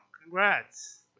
Congrats